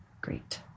great